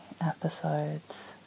episodes